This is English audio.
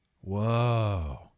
whoa